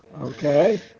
Okay